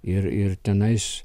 ir ir tenais